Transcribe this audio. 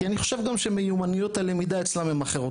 אני חושב גם שמיומנויות הלמידה אצלם הם אחרות.